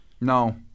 No